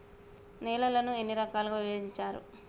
నేలలను ఎన్ని రకాలుగా విభజించారు?